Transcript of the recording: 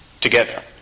together